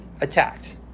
attacked